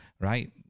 right